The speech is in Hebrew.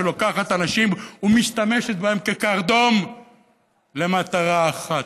שלוקחת אנשים ומשתמשת בהם כקרדום למטרה אחת: